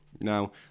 now